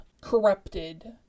corrupted